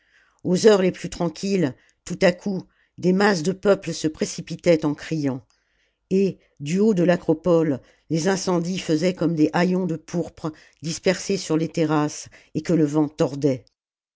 aux heures les plus tranquilles tout à coup des masses de peuple se précipitaient en criant et du haut de l'acropole les incendies faisaient comme des haillons de pourpre dispersés sur les terrasses et que le vent tordait